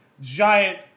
giant